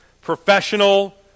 professional